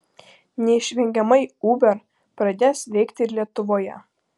neišvengiamai uber pradės veikti ir lietuvoje